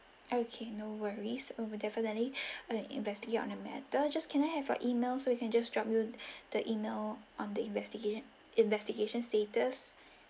okay no worries we will definitely investigate on the matter just can I have your email so we can just drop you the email on the investigate investigation status